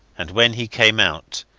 and when he came out,